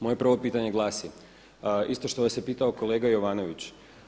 Moje prvo pitanje glasi isto što vas je pitao kolega Jovanović.